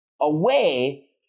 away